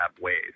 ways